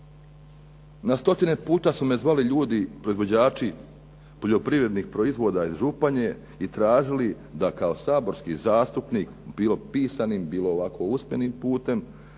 Na stotine puta su me zvali ljudi, proizvođači poljoprivrednih proizvoda iz Županije i tražili da kao saborski zastupnik bilo pisanim, bilo ovako usmenim putem